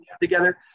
together